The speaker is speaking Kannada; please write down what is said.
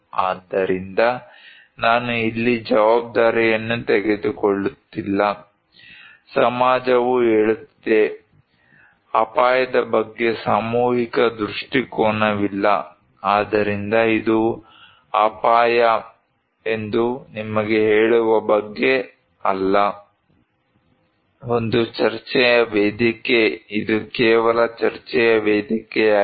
ಆದ್ದರಿಂದ ನಾನು ಇಲ್ಲಿ ಜವಾಬ್ದಾರಿಯನ್ನು ತೆಗೆದುಕೊಳ್ಳುತ್ತಿಲ್ಲ ಸಮಾಜವು ಹೇಳುತ್ತಿದೆ ಅಪಾಯದ ಬಗ್ಗೆ ಸಾಮೂಹಿಕ ದೃಷ್ಟಿಕೋನವಿಲ್ಲ ಆದ್ದರಿಂದ ಇದು ಅಪಾಯ ಎಂದು ನಿಮಗೆ ಹೇಳುವ ಬಗ್ಗೆ ಅಲ್ಲ ಒಂದು ಚರ್ಚೆಯ ವೇದಿಕೆ ಇದು ಕೇವಲ ಚರ್ಚೆಯ ವೇದಿಕೆಯಾಗಿದೆ